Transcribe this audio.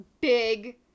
big